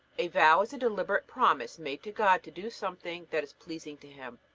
a vow is a deliberate promise made to god to do something that is pleasing to him.